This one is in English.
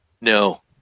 No